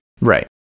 Right